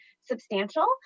substantial